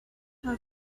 how